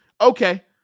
Okay